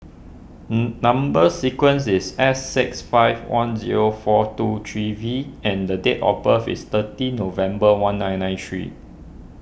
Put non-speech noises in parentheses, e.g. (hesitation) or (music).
(hesitation) Number Sequence is S six five one zero four two three V and the date of birth is thirty November one nine nine three